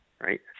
right